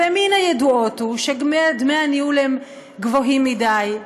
ומן הידועות הוא שדמי הניהול הם גבוהים מדי,